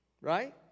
Right